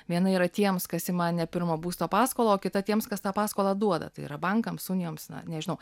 viena yra tiems kas ima ne pirmo būsto paskolą o kita tiems kas tą paskolą duoda tai yra bankams unijoms na nežinau